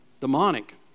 demonic